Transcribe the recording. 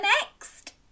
next